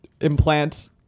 implant